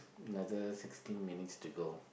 another sixteen minutes to go